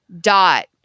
dot